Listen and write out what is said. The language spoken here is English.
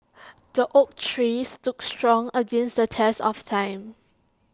the oak tree stood strong against the test of time